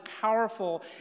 powerful